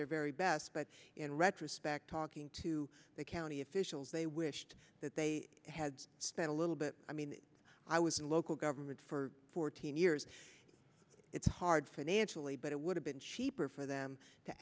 their very best but in retrospect talking to the county officials they wished that they had spent a little bit i mean i was in local government for fourteen years it's hard financially but it would have been cheaper for them to